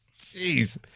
Jeez